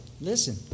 listen